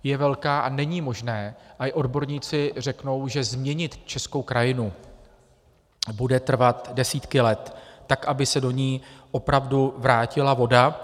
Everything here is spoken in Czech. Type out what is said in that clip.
Je velká a není možné, a i odborníci řeknou, že změnit českou krajinu bude trvat desítky let, aby se do ní opravdu vrátila voda.